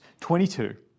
22